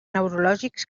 neurològics